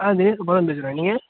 ஆ ஜெயசுபா தான் பேசுகிறேன் நீங்கள்